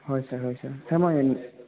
হয় ছাৰ হয় sir sir মই